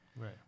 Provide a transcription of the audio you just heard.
Right